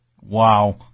Wow